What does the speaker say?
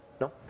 No